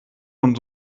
von